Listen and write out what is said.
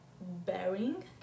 bearing